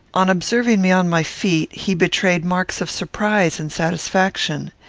on observing me on my feet, he betrayed marks of surprise and satisfaction.